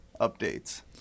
updates